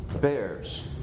bears